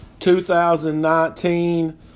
2019